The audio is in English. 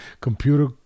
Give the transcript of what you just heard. computer